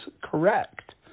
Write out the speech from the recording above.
correct